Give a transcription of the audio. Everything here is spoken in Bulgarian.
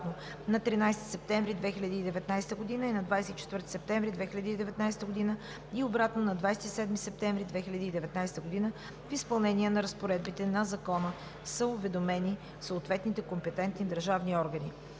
на 13 септември 2019 г., и на 24 септември 2019 г. и обратно на 27 септември 2019 г. В изпълнение на разпоредбите на Закона са уведомени съответните компетентни държавни органи.